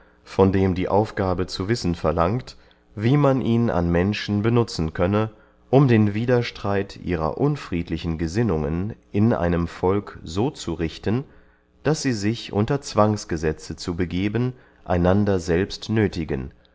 von dem die aufgabe zu wissen verlangt wie man ihn an menschen benutzen könne um den widerstreit ihrer unfriedlichen gesinnungen in einem volk so zu richten daß sie sich unter zwangsgesetze zu begeben einander selbst